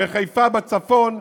בחיפה בצפון,